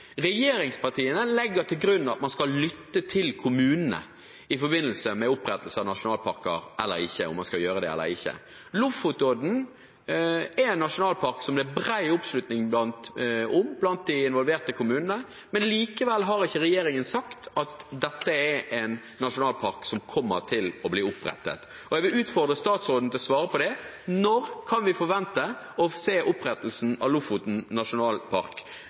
Regjeringspartiene legger til grunn at man skal lytte til kommunene i forbindelse med om man skal opprette nasjonalparker eller ikke. Lofotodden er en nasjonalpark som det er bred oppslutning om blant de involverte kommunene, men likevel har ikke regjeringen sagt at dette er en nasjonalpark som kommer til å bli opprettet. Jeg vil utfordre statsråden til å svare på det: Når kan vi forvente å se opprettelsen av Lofotodden nasjonalpark,